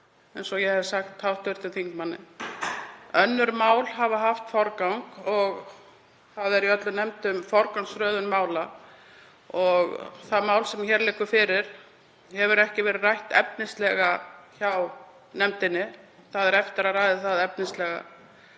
Önnur mál hafa haft forgang og í öllum nefndum er forgangsröðun mála. Það mál sem hér liggur fyrir á eftir hefur ekki verið rætt efnislega hjá nefndinni, það á eftir að ræða það efnislega